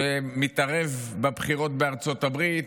שמתערב בבחירות בארצות הברית,